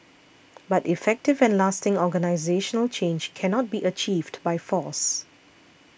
but effective and lasting organisational change cannot be achieved by force